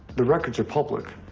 the records are public.